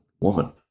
woman